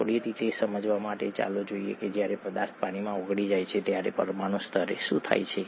થોડી સારી રીતે સમજવા માટે ચાલો જોઈએ કે જ્યારે પદાર્થ પાણીમાં ઓગળી જાય છે ત્યારે પરમાણુ સ્તરે શું થાય છે